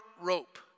rope